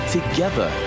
together